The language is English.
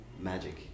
magic